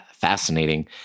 fascinating